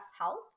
Health